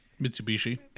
Mitsubishi